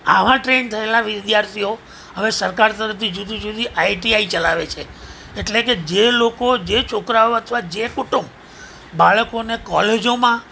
આવા ટ્રેન થયેલા વિદ્યાર્થીઓ હવે સરકાર તરફથી જુદી જુદી આઈટીઆઈ ચલાવે છે એટલે કે જે લોકો જે છોકરાઓ અથવા જે કુટુંબ બાળકોને કોલેજોમાં